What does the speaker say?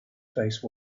face